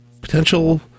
potential